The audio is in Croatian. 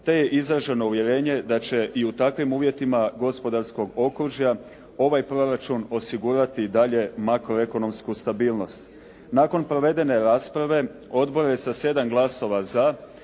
te je izraženo uvjerenje da će i u takvim uvjetima gospodarskog okružja ovaj proračun osigurati i dalje makroekonomsku stabilnost. Nakon provedene rasprave odbor je sa 7 glasova za